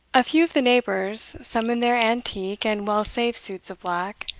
a few of the neighbours, some in their antique and well-saved suits of black,